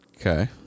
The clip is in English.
Okay